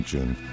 June